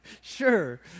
sure